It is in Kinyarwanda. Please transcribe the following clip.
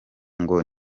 ngo